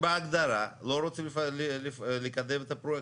שבהגדרה לא רוצים לקדם את הפרויקטים.